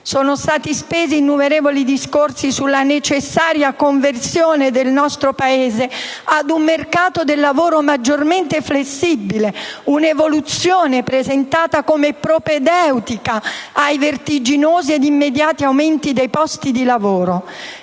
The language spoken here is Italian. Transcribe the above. Sono stati spesi innumerevoli discorsi sulla necessaria conversione del nostro Paese ad un mercato del lavoro maggiormente flessibile, un'evoluzione presentata come propedeutica ai vertiginosi ed immediati aumenti dei posti di lavoro.